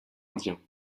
indien